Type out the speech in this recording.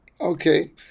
Okay